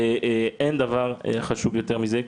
אין דבר חשוב יותר מזה.